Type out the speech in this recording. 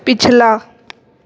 ਪਿਛਲਾ